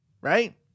Right